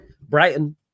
Brighton